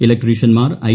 ഇലക്ട്രീഷ്യൻമാർ I